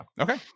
okay